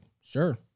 sure